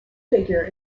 figure